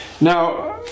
Now